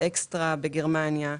EXTRA בגרמניה,